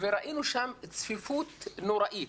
ראינו שם צפיפות נוראית